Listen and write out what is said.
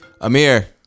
amir